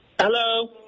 Hello